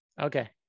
Okay